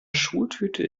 schultüte